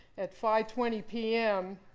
at five twenty pm,